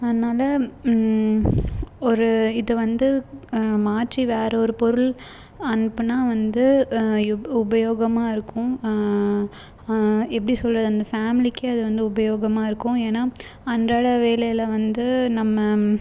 அதனால் ஒரு இது வந்து மாற்றி வேறு ஒரு பொருள் அனுப்புனால் வந்து யுப் உபயோகமாக இருக்கும் எப்படி சொல்கிறது அந்த ஃபேம்லிக்கு அது வந்து உபயோகமாக இருக்கும் ஏன்னா அன்றாட வேலையில் வந்து நம்ம